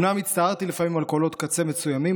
אומנם הצטערתי לפעמים על קולות קצה מסוימים,